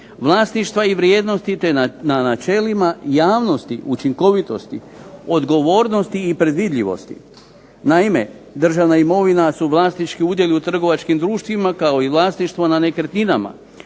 vlasništva i vrijednosti, te načelima javnosti učinkovitosti, odgovornosti i predvidljivosti. Naime, državna imovina su vlasnički udjeli u trgovačkim društvima kao i vlasništvo nad nekretninama,